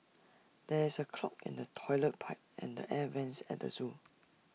there is A clog in the Toilet Pipe and the air Vents at the Zoo